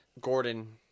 Gordon